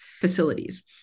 facilities